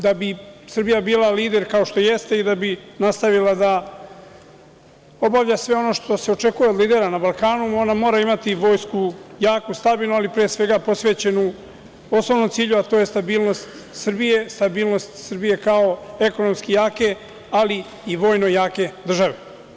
Da bi Srbija bila lider, kao što jeste, i da bi nastavila da obavlja sve ono što se očekuje od lidera na Balkanu, ona mora imati vojsku jaku i stabilnu, ali pre svega posvećenu osnovnom cilju, a to je stabilnost Srbije, stabilnost Srbije kao ekonomski jake, ali i vojno jake države.